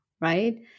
right